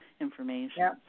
information